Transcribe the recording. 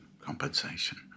compensation